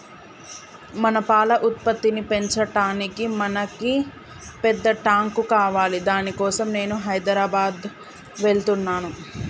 మన పాల ఉత్పత్తిని పెంచటానికి మనకి పెద్ద టాంక్ కావాలి దాని కోసం నేను హైదరాబాద్ వెళ్తున్నాను